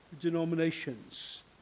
denominations